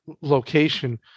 location